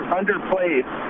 underplayed